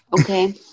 Okay